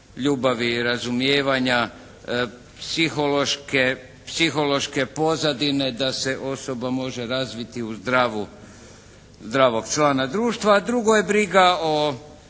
ljubavi i razumijevanja, psihološke pozadine da se osoba može razviti u zdravog člana društva, a drugo je briga o